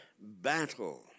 battle